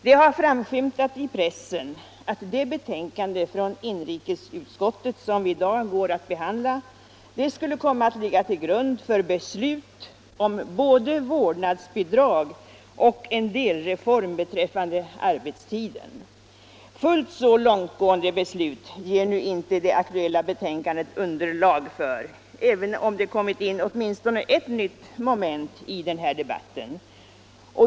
Det har framskymtat i pressen att det betänkande från inrikesutskottet som vi i dag går att behandla skulle komma att ligga till grund för beslut om både vårdnadsbidrag och en delreform beträffande arbetstiden. Fullt så långtgående beslut ger nu inte det aktuella betänkandet underlag för, även om det kommit in åtminstone ett nytt moment i den här debatten.